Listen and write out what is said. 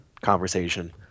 conversation